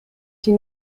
die